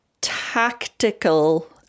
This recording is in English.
tactical